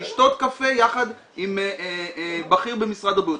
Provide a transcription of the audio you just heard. לשתות קפה ביחד עם בכיר במשרד הבריאות.